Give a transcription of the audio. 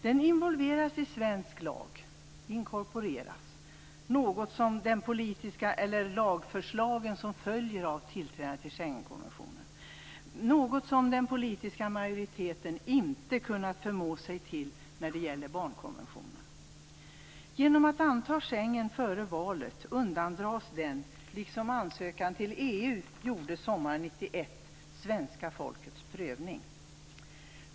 Den inkorporeras i svensk lag genom de lagförslag som följer av tillträdet till Schengenkonventionen. Det är något som den politiska majoriteten inte har kunnat förmå sig till när det gäller barnkonventionen. Genom att Schengenkonventionen antas före valet undandras den, liksom ansökan till EU sommaren 1991, svenska folkets prövning.